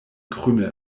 krümel